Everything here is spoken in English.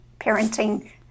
parenting